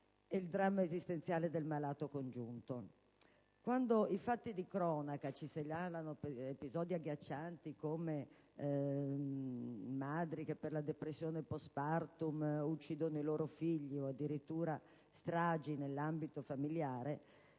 il dramma esistenziale del malato congiunto.